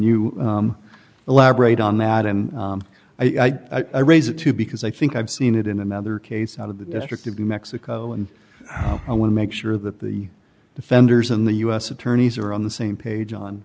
you elaborate on that and i raise it too because i think i've seen it in another case out of the district of new mexico and i want to make sure that the defenders and the u s attorneys are on the same page on